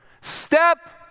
Step